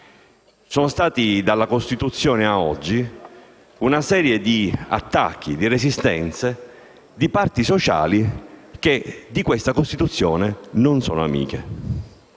è stata posta in essere una serie di attacchi e di resistenze di parti sociali che di questa Costituzione non sono amiche.